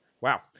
Wow